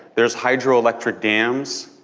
there's hydro-electric dams,